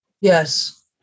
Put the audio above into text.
Yes